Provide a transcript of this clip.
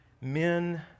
men